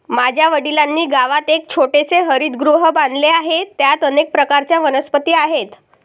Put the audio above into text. माझ्या वडिलांनी गावात एक छोटेसे हरितगृह बांधले आहे, त्यात अनेक प्रकारच्या वनस्पती आहेत